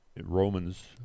Romans